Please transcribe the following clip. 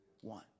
one